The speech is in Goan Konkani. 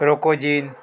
रोकोजीन